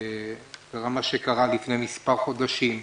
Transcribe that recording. שקרה עמו מה שקרה לפני מספר חודשים,